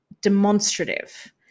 demonstrative